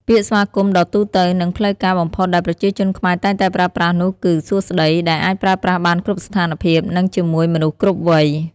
ពាក្យស្វាគមន៍ដ៏ទូទៅនិងផ្លូវការបំផុតដែលប្រជាជនខ្មែរតែងតែប្រើប្រាស់នោះគឺ “សួស្ដី” ដែលអាចប្រើប្រាស់បានគ្រប់ស្ថានភាពនិងជាមួយមនុស្សគ្រប់វ័យ។